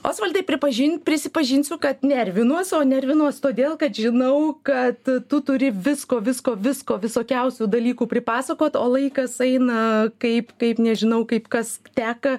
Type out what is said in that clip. osvaldai pripažink prisipažinsiu kad nervinuos o nervinuos todėl kad žinau kad tu turi visko visko visko visokiausių dalykų pripasakoi o laikas eina kaip kaip nežinau kaip kas teka